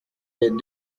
les